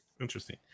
Interesting